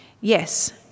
Yes